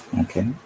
Okay